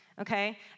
Okay